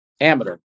Amateur